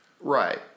Right